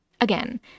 Again